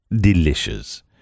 Delicious